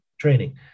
Training